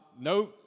no